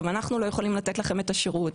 אנחנו לא יכולים לתת לכם את השירות.